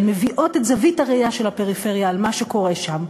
הן מביאות את זווית הראייה של הפריפריה על מה שקורה שם,